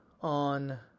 on